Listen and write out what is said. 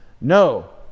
No